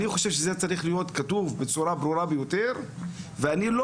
אני חושב שזה צריך להיות כתוב בצורה ברורה ביותר ואני לא